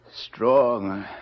strong